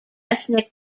ethnic